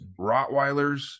Rottweilers